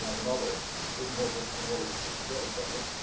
yeah the novelist who's written more books and all of us put together, probably,